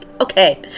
Okay